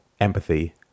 empathy